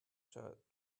shirt